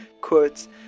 quotes